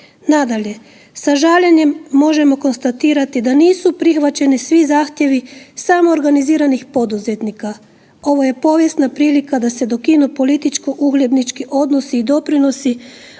Nadalje, sa žaljenjem možemo konstatirati da nisu prihvaćeni svi zahtjevi samoorganiziranih poduzetnika, ovo je povijesna prilika da se dokinu političko-uglednički odnosi i doprinosi